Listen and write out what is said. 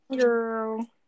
girl